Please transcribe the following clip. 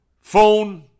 phone